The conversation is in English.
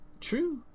True